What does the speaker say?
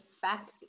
fact